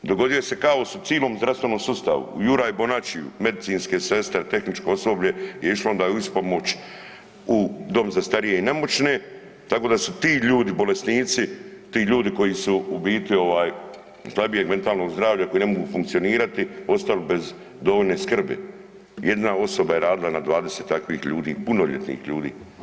Dogodio se kaos u cilom zdravstvenom sustavu u Juraj Bonačiju, medicinske sestre, tehničko osoblje je išlo onda u ispomoć u dom za starije i nemoćne tako da si ti ljudi bolesnici, ti ljudi koji su u biti slabijeg mentalnog zdravlja koji ne mogu funkcionirati ostali bez dovoljne skrbi, jedna osoba je radila na 20 takvih ljudi, punoljetnih ljudi.